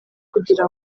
kugira